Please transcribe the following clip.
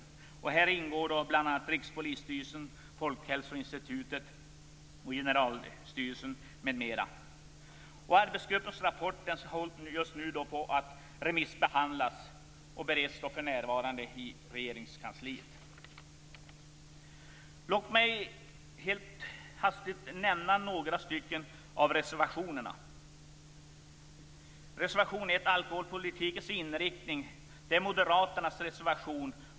I arbetsgruppen ingår bl.a. Rikspolisstyrelsen, Folkhälsoinstitutet och Generaltullstyrelsen. Arbetsgruppens rapport håller just nu på att remissbehandlas och bereds för närvarande i regeringskansliet. Låt mig helt hastigt nämna några av reservationerna. Reservation 1, om alkoholpolitikens inriktning, är moderaternas reservation.